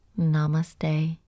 Namaste